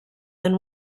than